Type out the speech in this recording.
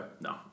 No